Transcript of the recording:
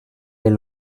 lès